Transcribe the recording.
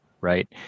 right